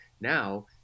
Now